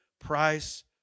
price